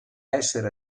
esser